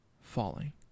Falling